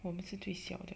我们是最小的